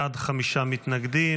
תוצאות ההצבעה: 56 בעד, חמישה מתנגדים,